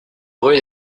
rue